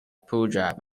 punjab